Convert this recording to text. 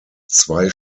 zwei